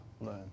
learn